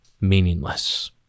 meaningless